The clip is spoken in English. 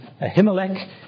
Ahimelech